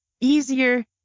easier